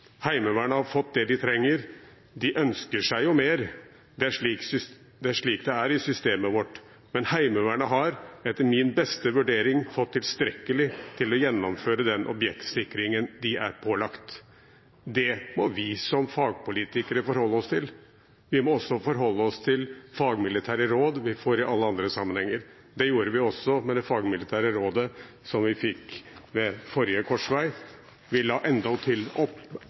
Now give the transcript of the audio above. Heimevernet har fått det de trenger. De ønsker seg jo mer. Det er slik det er i systemet vårt. Men Heimevernet har, etter min beste vurdering, fått tilstrekkelig til å gjennomføre den objektsikringen de er pålagt.» Det må vi som fagpolitikere forholde oss til. Vi må også forholde oss til fagmilitære råd vi får i alle andre sammenhenger. Det gjorde vi også med det fagmilitære rådet som vi fikk ved forrige korsvei. Vi la